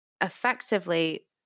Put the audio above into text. effectively